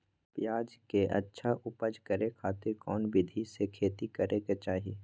प्याज के अच्छा उपज करे खातिर कौन विधि से खेती करे के चाही?